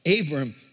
Abram